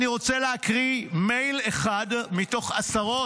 אני רוצה להקריא מייל אחד מתוך עשרות.